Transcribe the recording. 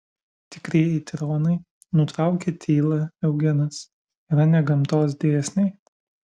tikrieji tironai nutraukė tylą eugenas yra ne gamtos dėsniai